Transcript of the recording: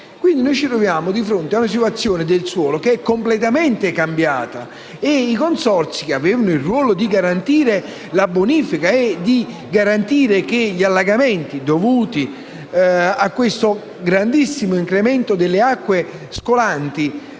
Quindi, ci troviamo di fronte a una situazione del suolo completamente cambiata. I consorzi avevano il ruolo di garantire la bonifica e di evitare gli allagamenti dovuti a questo forte incremento delle acque scolanti,